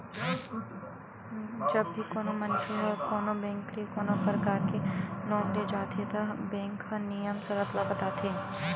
जब भी कोनो मनखे ह कोनो बेंक ले कोनो परकार के लोन ले जाथे त बेंक ह नियम सरत ल बताथे